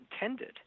intended